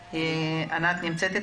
ענת נמצאת איתנו?